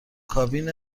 کابین